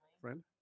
Friend